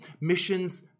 Missions